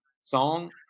song